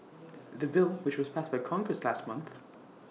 the bill which was passed by congress last month